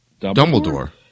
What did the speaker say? Dumbledore